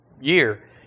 year